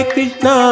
Krishna